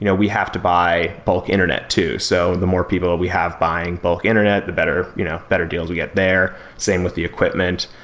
you know we have to buy bulk internet too, so the more people we have buying bulk internet, the better you know better deals we get there, same with the equipment.